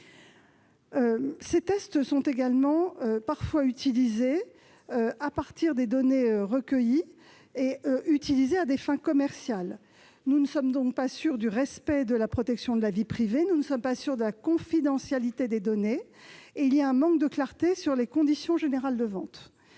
Ces tests sont également parfois utilisés à partir des données recueillies et exploitées à des fins commerciales. Nous ne sommes donc pas sûrs du respect de la protection de la vie privée, pas plus que de la confidentialité des données et il y a un manque de clarté sur les conditions générales de vente.